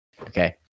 Okay